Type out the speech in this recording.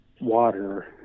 water